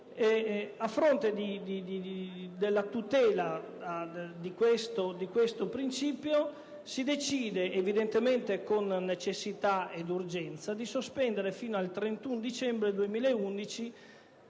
a fronte della tutela di questo principio, si decide, evidentemente con necessità ed urgenza, di sospendere fino al 31 dicembre 2011